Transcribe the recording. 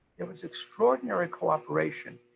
it was extraordinary cooperation,